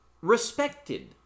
respected